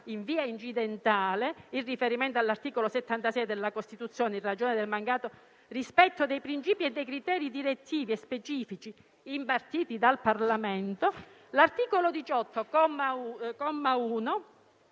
in via incidentale in riferimento all'articolo 76 della Costituzione, in ragione del mancato rispetto dei principi e dei criteri direttivi specifici impartiti dal Parlamento, l'articolo 18,